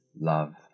love